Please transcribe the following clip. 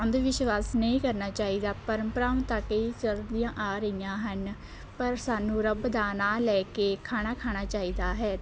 ਅੰਧ ਵਿਸ਼ਵਾਸ ਨਹੀਂ ਕਰਨਾ ਚਾਹੀਦਾ ਪਰੰਪਰਾਵਾਂ ਤਾਂ ਕਈ ਚੱਲਦੀਆਂ ਆ ਰਹੀਆਂ ਹਨ ਪਰ ਸਾਨੂੰ ਰੱਬ ਦਾ ਨਾਂ ਲੈ ਕੇ ਖਾਣਾ ਖਾਣਾ ਚਾਹੀਦਾ ਹੈ